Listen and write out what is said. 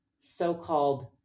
so-called